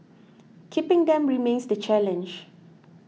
keeping them remains the challenge